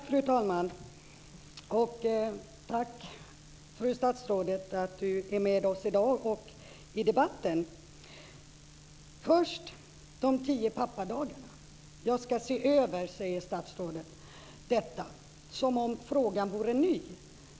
Fru talman! Jag vill först tacka statsrådet för att hon är med oss i debatten här i dag. Statsrådet sade att hon skulle se över de tio pappadagarna - som om frågan vore ny!